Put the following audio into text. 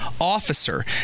officer